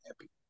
happy